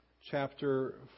chapter